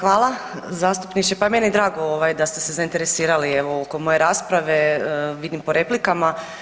Hvala, zastupniče, pa meni je drago da ste se zainteresirali evo oko moje rasprave, vidim po replikama.